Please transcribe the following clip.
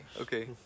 Okay